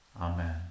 Amen